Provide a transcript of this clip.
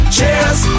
Cheers